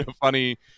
funny